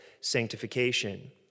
sanctification